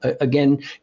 again